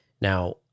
Now